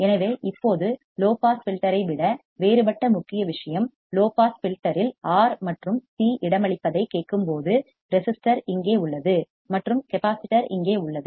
எனவே இப்போது low pass filter ஐ விட வேறுபட்ட முக்கிய விஷயம் லோ பாஸ் ஃபில்டர் இல் ஆர் மற்றும் சி இடமளிப்பதைக் கேட்கும்போது ரெசிஸ்டர் இங்கே உள்ளது மற்றும் கெப்பாசிட்டர் இங்கே உள்ளது